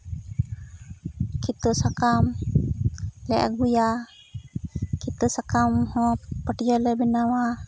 ᱠᱤᱛᱟᱹ ᱥᱟᱠᱟᱢ ᱞᱮ ᱟᱜᱩᱭᱟ ᱠᱤᱛᱟᱹ ᱥᱟᱠᱟᱢ ᱦᱚᱸ ᱯᱟᱹᱴᱭᱟᱹ ᱞᱮ ᱵᱮᱱᱟᱣᱟ